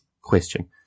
question